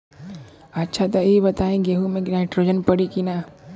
अच्छा त ई बताईं गेहूँ मे नाइट्रोजन पड़ी कि ना?